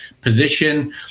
position